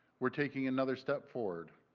we are taking another step forward.